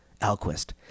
Alquist